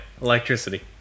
Electricity